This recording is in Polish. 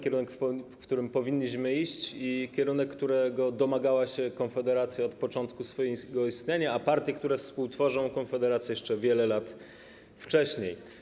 Kierunek, w którym powinniśmy iść, kierunek, którego domagała się Konfederacja od początku swojego istnienia, a partie, które współtworzą Konfederację, jeszcze wiele lat wcześniej.